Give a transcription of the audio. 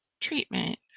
treatment